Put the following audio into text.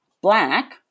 black